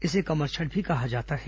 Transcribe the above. इसे कमरछठ भी कहा जाता है